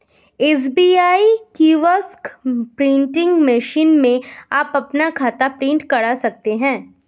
SBI kiosk printing machine में आप अपना खाता प्रिंट करा सकते हैं